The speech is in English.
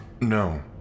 No